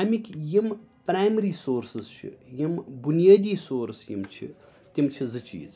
أمِکۍ یِم primary sources چھِ یِم بُنیٲدی سورٕس یم چھِ تِم چھِ زِ چیٖز